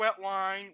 Wetline